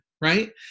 right